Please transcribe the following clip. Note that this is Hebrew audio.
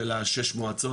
של השש מועצות,